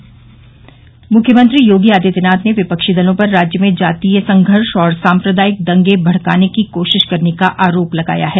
मूख्यमंत्री योगी आदित्यनाथ ने विपक्षी दलों पर राज्य में जातीय संघर्ष और साम्प्रदायिक दंगे भड़काने की कोशिश करने का आरोप लगाया है